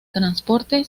transporte